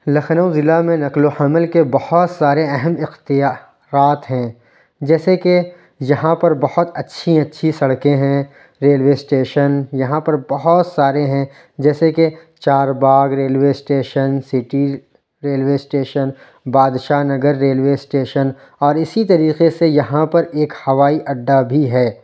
لکھنؤ ضلع میں نقل و حمل کے بہت سارے اہم اختیارات ہیں جیسے کہ یہاں پر بہت اچھی اچھی سڑکیں ہیں ریلوے اسٹیشن یہاں پر بہت سارے ہیں جیسے کہ Charbagh railway station city railway station Badshahnagar railway station اور اسی طریقے سے یہاں پر ایک ہوائی اڈہ بھی ہے